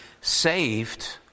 saved